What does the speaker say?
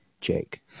jake